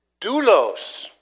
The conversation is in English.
doulos